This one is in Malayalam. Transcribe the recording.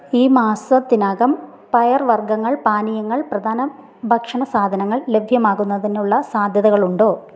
ഈ മാസത്തിനകം പയർ വർഗ്ഗങ്ങൾ പാനീയങ്ങൾ പ്രധാന ഭക്ഷണ സാധനങ്ങൾ ലഭ്യമാകുന്നതിനുള്ള സാധ്യതകളുണ്ടോ